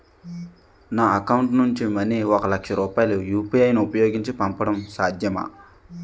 నా అకౌంట్ నుంచి మనీ ఒక లక్ష రూపాయలు యు.పి.ఐ ను ఉపయోగించి పంపడం సాధ్యమా?